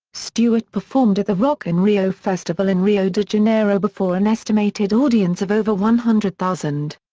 stewart performed at the rock in rio festival in rio de janeiro before an estimated audience of over one hundred thousand.